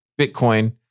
Bitcoin